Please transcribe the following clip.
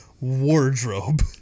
wardrobe